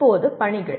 இப்போது பணிகள்